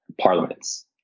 parliaments